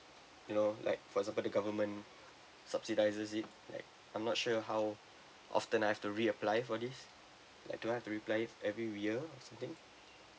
you know like for example the government subsidises it like I'm not sure how often I've to re apply for this like do I have to re apply it every year or something